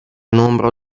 nombro